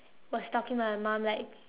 was talking to my mom like